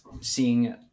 seeing